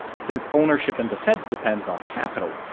since ownership in the fed depends on capital,